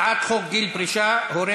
הצעת חוק גיל פרישה (תיקון מס' 5) (הורה